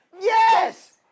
Yes